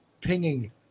pinging